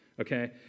Okay